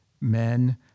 men